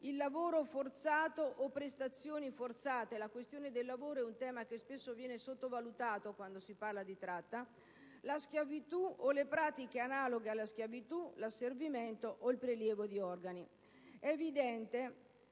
il lavoro forzato o prestazioni forzate - la questione del lavoro è un tema che spesso viene sottovalutato quando si parla di tratta -, la schiavitù o le pratiche analoghe alla schiavitù, l'asservimento o il prelievo di organi. È evidente